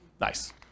Nice